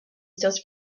sells